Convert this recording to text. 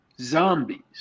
zombies